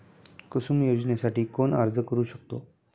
कुसुम योजनेसाठी कोण अर्ज करू शकतो?